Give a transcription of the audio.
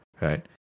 Right